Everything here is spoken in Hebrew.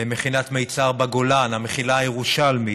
מכינת מיצר בגולן, המכינה הירושלמית,